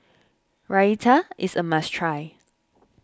Raita is a must try